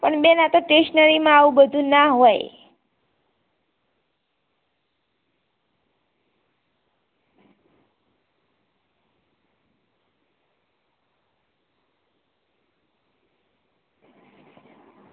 પણ બેન આ તો સ્ટેશનરીમાં આવું બધું ના હોય